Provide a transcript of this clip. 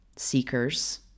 seekers